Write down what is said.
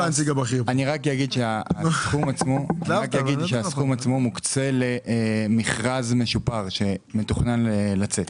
אני רק אגיד שהסכום עצמו מוקצה למכרז משופר שמתוכנן לצאת.